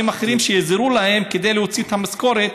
אחרים שיעזרו להם כדי להוציא את המשכורת,